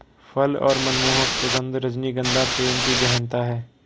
फल और मनमोहक सुगन्ध, रजनीगंधा प्रेम की गहनता है